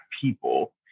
people